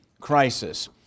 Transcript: crisis